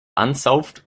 unsolved